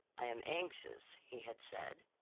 i am anxious, he had said,